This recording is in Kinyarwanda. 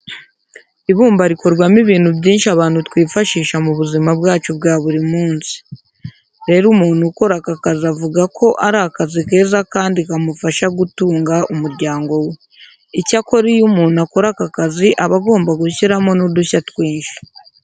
Ibumba rikorwamo ibintu byinshi abantu twifashisha mu buzima bwacu bwa buri munsi. Rero umuntu ukora aka kazi avuga ko ari akazi keza kandi kamufasha gutunga umuryango we. Icyakora iyo umuntu akora aka kazi aba agomba gushyiramo n'udushya twinshi.